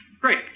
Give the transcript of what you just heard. Great